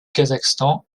kazakhstan